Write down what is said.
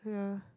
yeah